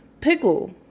Pickle